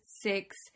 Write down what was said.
six